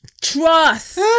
trust